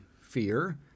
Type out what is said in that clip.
fear